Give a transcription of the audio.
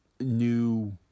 new